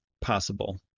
possible